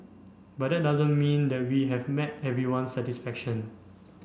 but that doesn't mean that we have met everyone's satisfaction